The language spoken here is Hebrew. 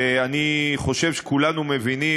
ואני חושב שכולנו מבינים,